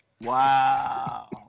Wow